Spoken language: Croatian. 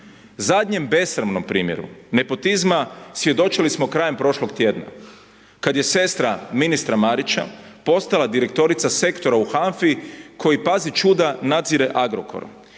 Zadnjem besramnom primjeru nepotizma svjedočili smo krajem prošlog tjedna kad je sestra ministra Marića postala direktorica sektora u HANFA-i koji pazi čuda, nadzire Agrokor.